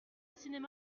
cinéma